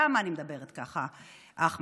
למה אני מדברת ככה, אחמד?